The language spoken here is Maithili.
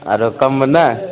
आरो कममे नहि